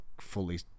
fully